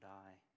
die